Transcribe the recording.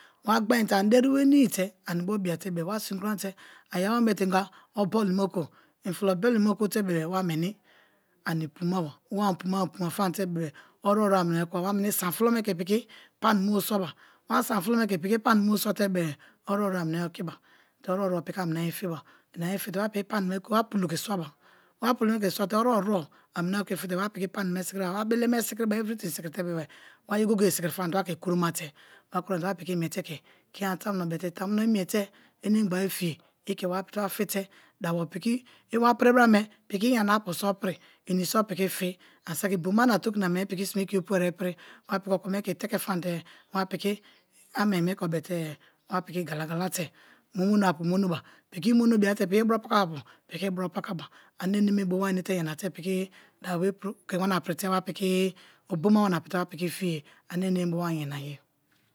Wa gbain te ani deri wenii te ani bo bia te wa sin kromate a iyawome be te ingwa o bili me okubo, in fulo boli me okubo te wa meni ani puma ba wa ani pum u-puma fam te be-e oruwo-ruwo a mina yea okiba, wa meni sani fulo me ke piki pani me bo swaba wa sani fulo me ke panime bo swate bee oruwo-ruwo a yea okiba, te oruwo-oruwo a mina yea okiba, te oruwo-oruwo a mira yea fiba, ina yea fite wa piki pani me wa pulo ke swaba, wa pulo me ke swa te-e oruwo-ruwo a mina yea oki fite wa piki pani me sikiriba wa beleme sikiriba, everything sikiri te bebe-e, wa ye goge-e sikiri fam te wa ke kuroma te wa kuromate-e wa imite ke kiniyana tamuno bete, tamuno imiete eneme gba be fiye i ke wa pirite wa fite, dabo piki i wa pribrame piki yana-a apu so pri ini so piki fi ani saki boma na tokini na meni sine i opu ane pri wa piki okome ke teke fam te wa piki amen me ke obete-e wa piki gala-gala te, mu mono apu mu monoba piki monobia te piki bro pakaba apu piki bro pakaba ane ane me bo wa inete yanate piki ke wana prite wa piki oboma wana prite wa piki fiyen, ane ene me bo wa yana ye.